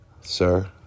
Sir